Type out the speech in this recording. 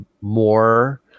more